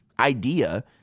idea